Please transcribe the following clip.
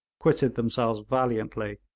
quitted themselves valiantly.